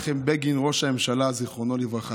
זה היה מנחם בגין, ראש הממשלה, זיכרונו לברכה.